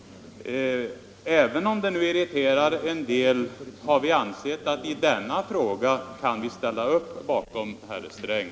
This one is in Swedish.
Även om det irriterar många har emellertid vi ansett att vi just i denna fråga kan ställa upp bakom herr Sträng.